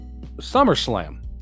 SummerSlam